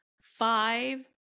five